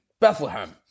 Bethlehem